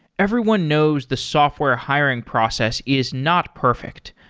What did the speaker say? everyone knows the software hiring process is not perfect.